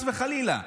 חס וחלילה,